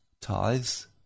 tithes